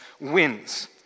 Wins